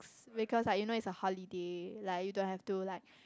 because like you know it's a holiday like you don't have to like